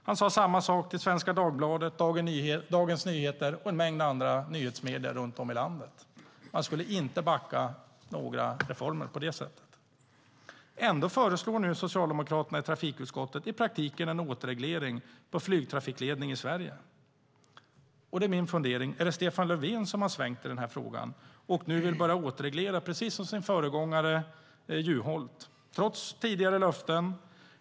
Han sade samma sak till Svenska Dagbladet, Dagens Nyheter och en mängd andra nyhetsmedier runt om i landet. Han skulle inte backa några reformer på det sättet. Ändå föreslår nu socialdemokraterna i trafikutskottet i praktiken en återreglering av flygtrafikledning i Sverige. Min fundering är: Är det Stefan Löfven som har svängt i den här frågan och nu vill börja återreglera precis som sin föregångare Juholt trots tidigare löften?